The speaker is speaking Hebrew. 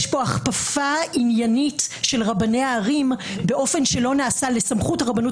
יש פה הכפפה עניינית של רבני הערים לסמכות הרבנות